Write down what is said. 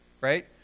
right